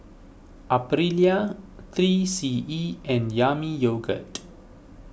Aprilia three C E and Yami Yogurt